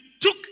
took